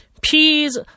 peas